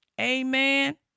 Amen